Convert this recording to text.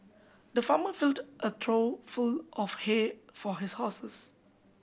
the farmer filled a trough full of hay for his horses